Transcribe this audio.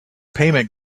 payment